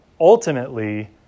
Ultimately